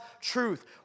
truth